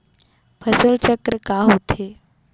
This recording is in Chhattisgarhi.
फसल चक्र का होथे?